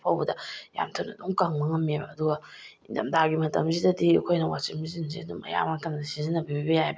ꯐꯧꯕꯗ ꯌꯥꯝ ꯊꯨꯅ ꯑꯗꯨꯝ ꯀꯪꯕ ꯉꯝꯃꯦꯕ ꯑꯗꯨꯒ ꯏꯪꯊꯝꯊꯥꯒꯤ ꯃꯇꯝꯁꯤꯗꯗꯤ ꯑꯩꯈꯣꯏꯅ ꯋꯥꯁꯤꯡ ꯃꯦꯆꯤꯟꯁꯦ ꯑꯗꯨꯝ ꯑꯌꯥꯝꯕ ꯃꯇꯝꯗ ꯁꯤꯖꯤꯟꯅꯕꯤꯕ ꯌꯥꯏꯌꯦꯕ